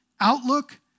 outlook